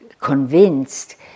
convinced